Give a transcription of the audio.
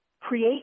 create